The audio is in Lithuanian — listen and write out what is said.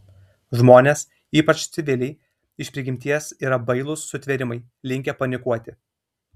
žmonės ypač civiliai iš prigimties yra bailūs sutvėrimai linkę panikuoti